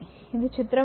ఇది చిత్రం 1